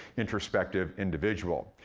introspective individual.